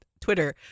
Twitter